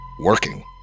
working